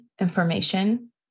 information